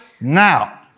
now